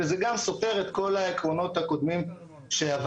וזה גם סותר את כל העקרונות הקודמים שוועדת